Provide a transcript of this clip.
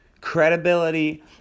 credibility